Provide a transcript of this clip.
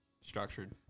structured